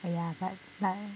ya but like